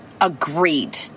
Agreed